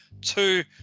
two